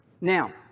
Now